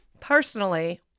personally